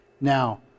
Now